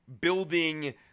building—